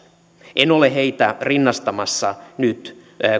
en ole heitä rinnastamassa nyt